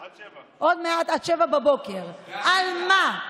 עד 07:00. עד 07:00. על מה?